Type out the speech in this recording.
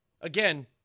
Again